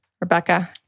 Rebecca